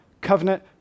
Covenant